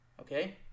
Okay